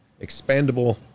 expandable